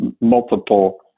multiple